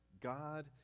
God